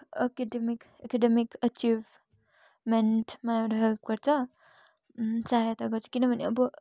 academic academic एचिभमेन्टमा एउटा help गर्छ सहायता गर्छ किनभने अब